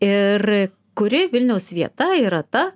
ir kuri vilniaus vieta yra ta